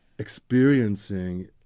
experiencing